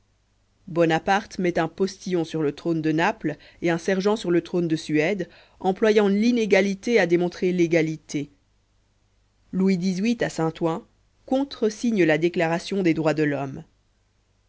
bonaparte met un postillon sur le trône de naples et un sergent sur le trône de suède employant l'inégalité à démontrer l'égalité louis xviii à saint-ouen contresigne la déclaration des droits de l'homme